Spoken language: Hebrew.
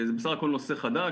זה בסך הכל נושא חדש.